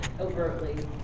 overtly